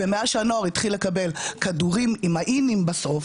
ומאז שהנוער התחיל לקבל כדורים עם ין בסוף,